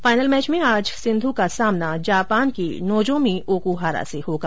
final match में आज सिंधू का सामना जापान की नोजोमी ओकुहारा से होगा